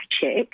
check